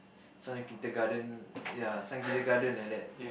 some kindergarten ya some kindergarten like that